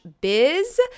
biz